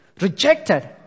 rejected